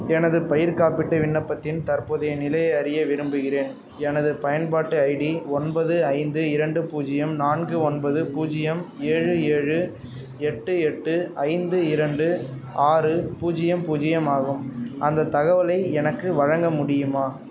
எனது பயிர் காப்பீட்டு விண்ணப்பத்தின் தற்போதைய நிலையை அறிய விரும்புகிறேன் எனது பயன்பாட்டு ஐடி ஒன்பது ஐந்து இரண்டு பூஜ்ஜியம் நான்கு ஒன்பது பூஜ்ஜியம் ஏழு ஏழு எட்டு எட்டு ஐந்து இரண்டு ஆறு பூஜ்ஜியம் பூஜ்ஜியம் ஆகும் அந்த தகவலை எனக்கு வழங்க முடியுமா